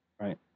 right